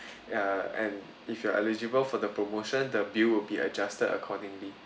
ya and if you are eligible for the promotion the bill will be adjusted accordingly